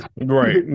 Right